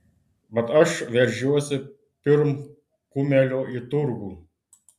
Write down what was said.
bet aš veržiuosi pirm kumelio į turgų